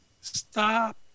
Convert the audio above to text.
Stop